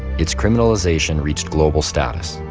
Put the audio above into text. its criminalization reached global status.